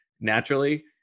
naturally